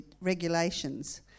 regulations